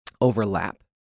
overlap